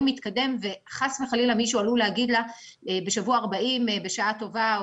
מתקדם וחס וחלילה מישהו עלול להגיד לה בשבוע 40 "בשעה טובה",